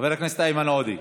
חבר הכנסת איימן עודה,